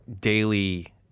daily